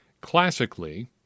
Classically